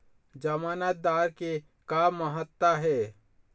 जमानतदार के का महत्व हे?